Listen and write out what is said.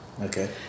Okay